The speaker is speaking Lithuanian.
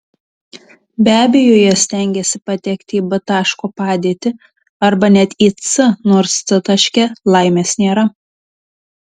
be abejo jie stengiasi patekti į b taško padėtį arba net ir į c nors c taške laimės nėra